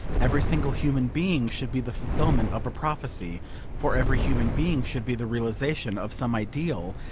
every single human being should be the fulfilment of a prophecy for every human being should be the realisation of some ideal,